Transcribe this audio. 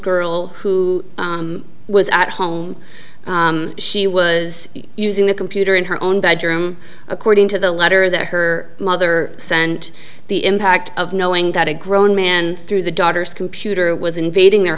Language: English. girl who was at home she was using the computer in her own bedroom according to the letter that her mother sent the impact of knowing that a grown man through the daughter's computer was invading their